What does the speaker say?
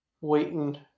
waiting